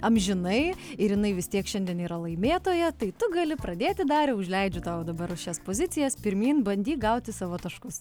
amžinai ir jinai vis tiek šiandien yra laimėtoja tai tu gali pradėti dariau užleidžiu tau dabar šias pozicijas pirmyn bandyk gauti savo taškus